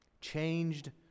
changed